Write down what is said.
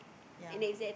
yea